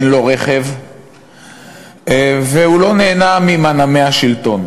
אין לו רכב והוא לא נהנה ממנעמי השלטון.